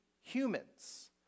humans